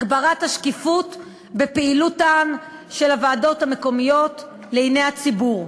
הגברת השקיפות בפעילותן של הוועדות המקומיות לעיני הציבור,